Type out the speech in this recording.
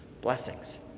Blessings